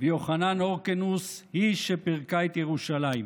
ויוחנן הורקנוס, היא שפירקה את ירושלים.